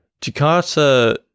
Jakarta